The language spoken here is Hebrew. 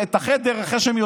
בכלל השם האליטיסטי,